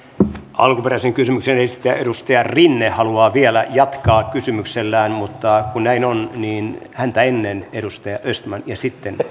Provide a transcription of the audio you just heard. alkuperäisen kysymyksen esittäjä edustaja rinne haluaa vielä jatkaa kysymyksellään mutta kun näin on niin häntä ennen edustaja östman ja sitten